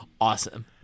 awesome